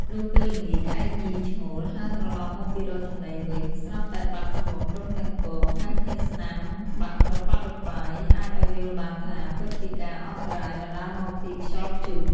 លុះពេលល្ងាច ក្អែកញីឈ្មោលហើរត្រឡប់មកពីររកចំណីវិញ ស្រាប់តែបាត់សំបុកព្រមទាំងពង ហើយឃើញស្នាមបាក់រប៉ាត់រប៉ាយ អាចឲ្យយល់បានថា ពិតជាការអន្តរាយបណ្តាលមកពីខ្យល់ព្យុះ ។